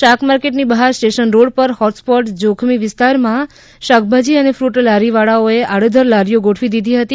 શાકમાર્કેટની બહાર સ્ટેશનરોડ પર હોટસ્પૉટ જોખમી વિસ્તારમા શાકભાજી અને ફ્રટ લારીઓ વાળાઓએ આડેઘડ લારીઓ ગોઠવી દીધી હતી